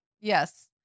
Yes